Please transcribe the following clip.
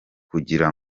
kugira